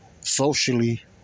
Socially